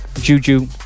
Juju